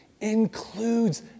includes